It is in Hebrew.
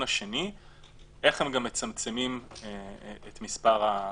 השני איך הם מצמצמים את מספר הכלואים.